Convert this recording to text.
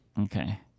Okay